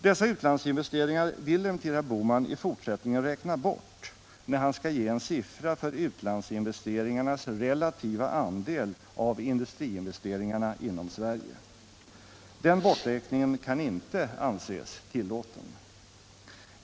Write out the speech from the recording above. Dessa utlandsinvesteringar vill emellertid herr Bohman i fortsättningen räkna bort, när han skall ge en siffra för utlandsinvesteringarnas relativa andel av industriinvesteringarna inom Sverige. Den borträkningen kan inte anses tillåten.